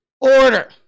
order